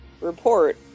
report